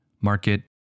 market